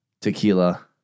tequila